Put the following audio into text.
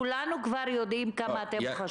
כולנו כבר יודעים כמה אתם חשובים.